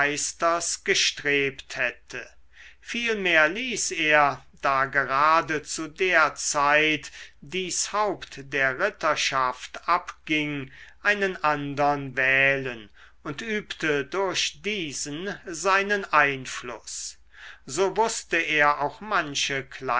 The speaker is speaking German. gestrebt hätte vielmehr ließ er da gerade zu der zeit dies haupt der ritterschaft abging einen andern wählen und übte durch diesen seinen einfluß so wußte er auch manche